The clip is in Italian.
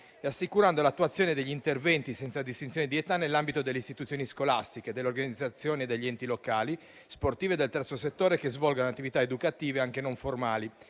e assicurando l'attuazione degli interventi senza distinzione di età, nell'ambito delle istituzioni scolastiche, delle organizzazioni degli enti locali, sportive e del terzo settore che svolgano attività educative anche non formali